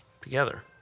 together